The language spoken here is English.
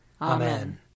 Amen